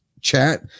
chat